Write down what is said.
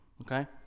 Okay